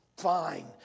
Fine